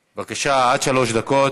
בבקשה, עד שלוש דקות.